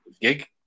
gig